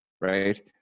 right